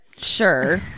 sure